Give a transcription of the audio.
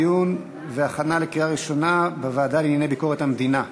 לדיון מוקדם בוועדה לענייני ביקורת המדינה נתקבלה.